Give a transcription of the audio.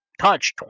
touch